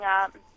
up